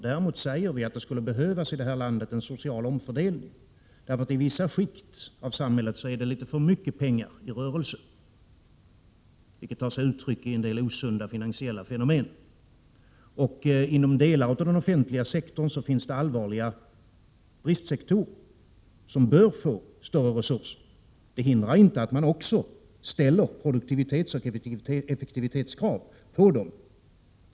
Däremot säger vi att det här i landet skulle behövas en social omfördelning — i vissa skikt av samhället är det litet för mycket pengar i rörelse, vilket tar sig uttryck i en del osunda finansiella fenomen. Inom den offentliga sektorn finns det områden som har allvarliga brister och som bör få större resurser. Det hindrar inte att man samtidigt 65 ställer produktivitetsoch effektivitetskrav på dem.